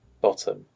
bottom